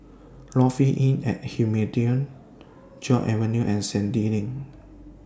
Lofi Inn At Joo Avenue and Sandy Lane